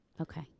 okay